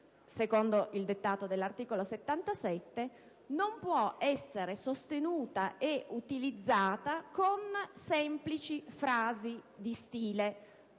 secondo il dettato dell'articolo 77 non può essere sostenuta e utilizzata con semplici frasi di stile